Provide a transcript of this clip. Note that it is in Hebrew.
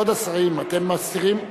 אתם מסתירים.